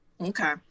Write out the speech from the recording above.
Okay